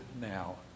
now